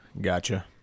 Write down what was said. Gotcha